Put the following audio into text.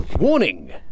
Warning